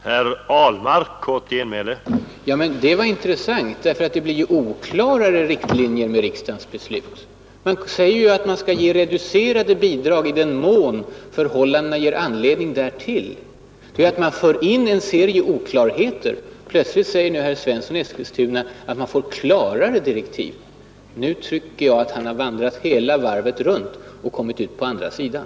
Herr talman! Det här var intressant. Det blir nämligen oklarare riktlinjer med riksdagens beslut. Man säger att man skall ge ”reducerade bidrag i den mån förhållandena ger anledning härtill”. Det innebär att man för in en serie oklarheter. Men plötsligt säger nu herr Svensson i Eskilstuna att man får ”klarare” direktiv. Nu tycker jag att han har vandrat halva varvet runt och kommit ut på andra sidan.